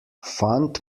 fant